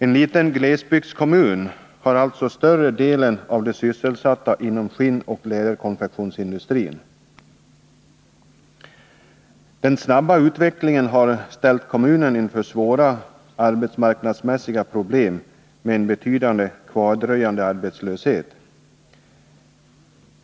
En liten glesbygdskommun har alltså större delen av de sysselsatta inom skinnoch läderkonfektionsindustrin. Den snabba utvecklingen har ställt kommunen inför svåra arbetsmarknadsproblem med en betydande kvardröjande arbetslöshet.